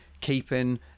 keeping